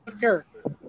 character